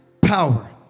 power